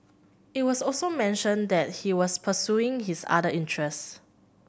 it was also mentioned that he was pursuing his other interests